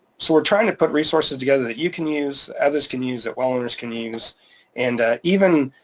so we're trying to put resources together that you can use, others can use, that well owners can use and even.